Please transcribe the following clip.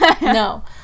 No